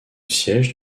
siège